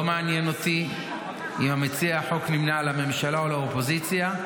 לא מעניין אותי אם מציע החוק נמנה עם הממשלה או עם האופוזיציה,